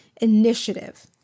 initiative